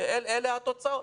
אלה התוצאות.